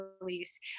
release